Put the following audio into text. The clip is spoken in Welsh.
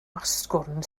asgwrn